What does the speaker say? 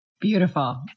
Beautiful